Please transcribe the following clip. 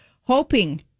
hoping